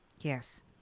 Yes